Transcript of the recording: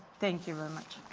thank you very much.